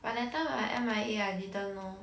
but that time I M_I_A I didn't know